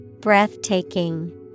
Breathtaking